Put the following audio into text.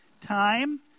time